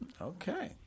Okay